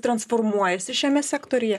transformuojasi šiame sektoriuje